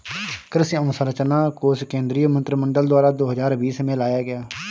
कृषि अंवसरचना कोश केंद्रीय मंत्रिमंडल द्वारा दो हजार बीस में लाया गया